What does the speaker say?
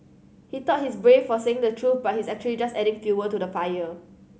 he thought he's brave for saying the truth but he's actually just adding fuel to the fire